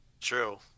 True